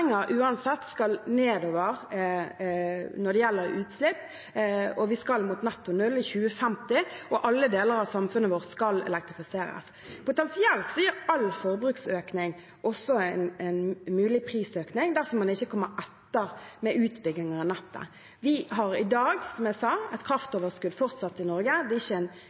uansett skal nedover når det gjelder utslipp. Vi skal mot netto null i 2050, og alle deler av samfunnet vårt skal elektrifiseres. Potensielt gir all forbruksøkning også en mulig prisøkning dersom man ikke kommer etter med utbygginger av nettet. Vi har i dag, som jeg sa, fortsatt et kraftoverskudd i Norge. Det er ikke